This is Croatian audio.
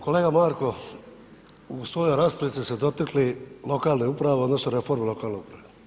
Kolega Marko, u svojoj raspravi ste se dotakli lokalne uprave odnosno reforme lokalne uprave.